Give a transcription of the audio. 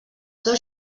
dos